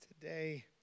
today